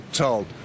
told